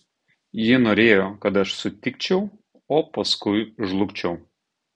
ji norėjo kad aš sutikčiau o paskui žlugčiau